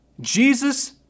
Jesus